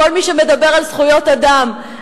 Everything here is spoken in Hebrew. כל מי שמדבר על זכויות אדם,